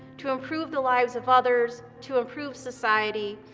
to improve the lives of others, to improve society,